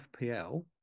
fpl